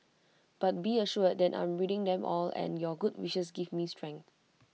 but be assured that I'm reading them all and your good wishes give me strength